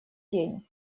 день